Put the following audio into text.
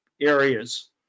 areas